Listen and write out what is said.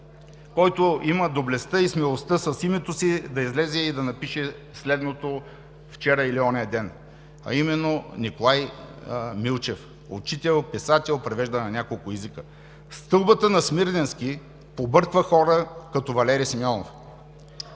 който има доблестта и смелостта с името си да излезе и да напише следното вчера или ония ден, а именно Николай Милчев – учител, писател, превеждан на няколко езика: „Стълбата“ на Смирненски побърква хора като Валери Симеонов“.